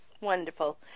Wonderful